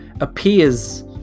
appears